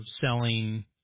selling